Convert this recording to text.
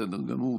בסדר גמור.